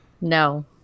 No